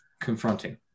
confronting